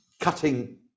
cutting